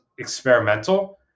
experimental